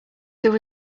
there